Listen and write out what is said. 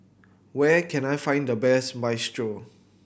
where can I find the best Minestrone